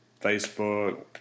Facebook